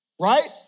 right